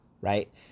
right